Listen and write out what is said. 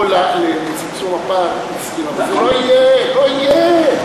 לא יהיה, לא יהיה.